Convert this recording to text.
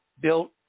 built